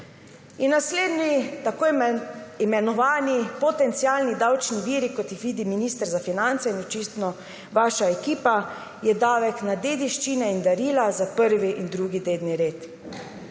%. Naslednji tako imenovani potencialni davčni viri, kot jih vidi minister za finance in očitno vaša ekipa, je davek na dediščine in darila za prvi in drugi dedni red.